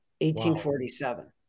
1847